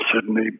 Sydney